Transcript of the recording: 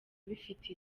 bifite